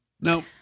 No